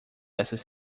dessas